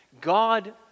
God